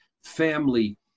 family